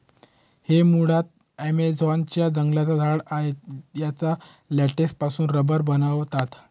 हे मुळात ॲमेझॉन च्या जंगलांचं झाड आहे याच्या लेटेक्स पासून रबर बनवतात